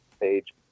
page